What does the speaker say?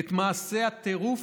את מעשה הטירוף,